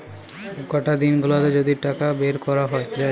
সবকটা দিন গুলাতে যদি টাকা বের কোরা যায়